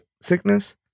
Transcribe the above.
sickness